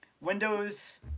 Windows